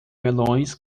melões